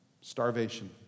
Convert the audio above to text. starvation